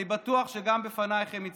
אני בטוח שגם בפנייך הם הציפו,